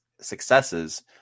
successes